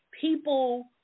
people